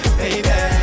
baby